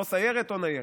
או סיירת או ניירת.